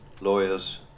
lawyers